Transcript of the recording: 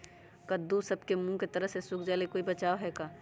कददु सब के मुँह के तरह से सुख जाले कोई बचाव है का?